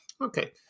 okay